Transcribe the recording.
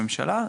מבחינת הממשלה,